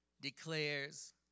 declares